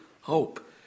hope